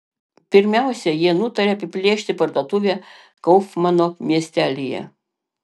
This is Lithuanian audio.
pirmiausia jie nutarė apiplėšti parduotuvę kaufmano miestelyje